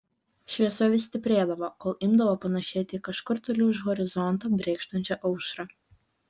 šviesa vis stiprėdavo kol imdavo panašėti į kažkur toli už horizonto brėkštančią aušrą